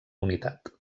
unitat